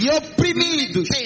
oprimidos